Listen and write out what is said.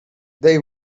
they